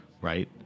Right